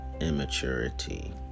immaturity